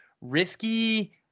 risky